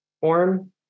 form